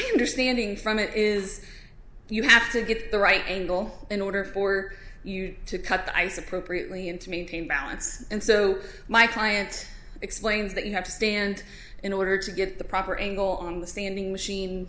understanding from it is you have to get the right angle in order for you to cut the ice appropriately and to maintain balance and so my client explains that you have to stand in order to get the proper angle on the standing machine